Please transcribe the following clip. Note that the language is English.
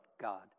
God